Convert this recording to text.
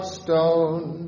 stone